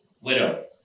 widow